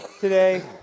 today